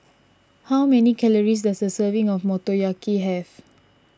how many calories does a serving of Motoyaki have